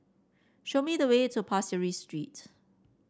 show me the way to Pasir Ris Street